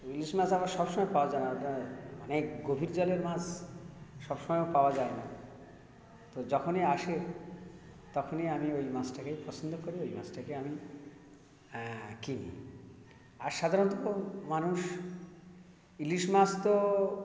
ইলিশ মাছ আবার সব সময় পাওয়া যায় না ওটা অনেক গভীর জলের মাছ সব সময় পাওয়া যায় না তো যখনই আসে তখনই আমি ওই মাছটাকে পছন্দ করি ওই মাছটাকে আমি কিনি আর সাধারণত মানুষ ইলিশ মাছ তো